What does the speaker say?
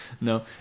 No